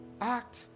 act